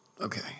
Okay